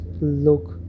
look